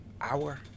hour